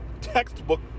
textbook